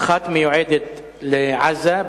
האחת מיועדת לעזה,